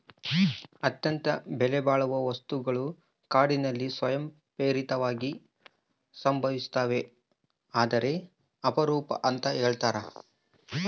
ಅತ್ಯಂತ ಬೆಲೆಬಾಳುವ ಮುತ್ತುಗಳು ಕಾಡಿನಲ್ಲಿ ಸ್ವಯಂ ಪ್ರೇರಿತವಾಗಿ ಸಂಭವಿಸ್ತವೆ ಆದರೆ ಅಪರೂಪ ಅಂತ ಹೇಳ್ತರ